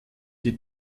die